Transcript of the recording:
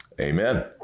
Amen